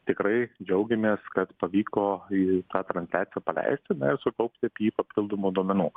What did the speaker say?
tikrai džiaugiamės kad pavyko į tą transliaciją paleisti na ir sukaupti apie jį papildomų duomenų